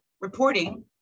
reporting